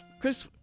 chris